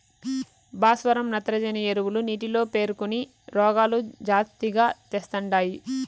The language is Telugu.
భాస్వరం నత్రజని ఎరువులు నీటిలో పేరుకొని రోగాలు జాస్తిగా తెస్తండాయి